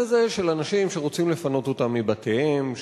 הזה של אנשים שרוצים לפנות אותם מבתיהם,